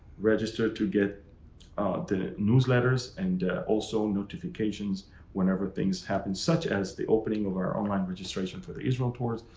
register to get the newsletters and also notifications whenever things happen, such as the opening of our online registration for the israel tours,